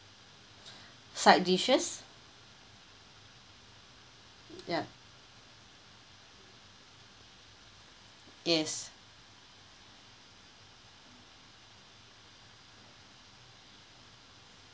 side dishes ya yes